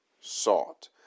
sought